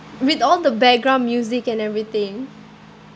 with all the background music and everything